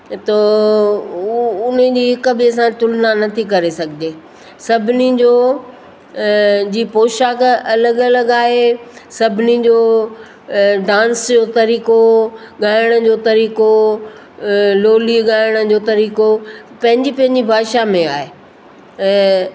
त उ उन्हनि जी हिकु ॿिए सां तुलना नथी करे सघिजे सभिनी जो जी पोशाक ऐं अलॻि अलॻि आहे सभिनी जो डांस जो तरीक़ो ॻाइण जो तरीक़ो लोली ॻाइण जो तरीक़ो पंहिंजी पंहिंजी भाषा में आहे ऐं